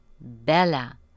Bella